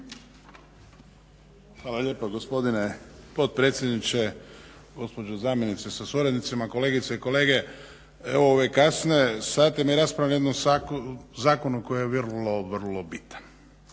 Hvala lijepa gospodine potpredsjedniče, gospođo zamjenice sa suradnicima, kolegice i kolege evo u ove kasne sate mi raspravljamo o jednom zakonu koji je vrlo,